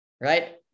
right